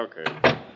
Okay